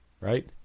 right